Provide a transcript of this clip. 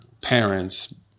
parents